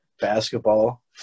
basketball